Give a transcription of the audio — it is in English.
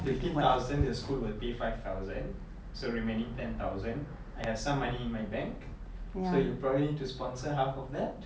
fifteen thousand the school will pay five thousand so remaining ten thousand I have some money in my bank so you probably need to sponsor half of that